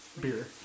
Beer